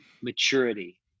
maturity